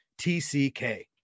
TCK